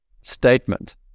statement